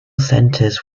centres